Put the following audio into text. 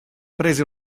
prese